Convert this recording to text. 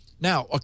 now